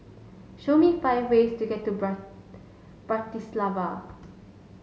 show me five ways to get to Bratislava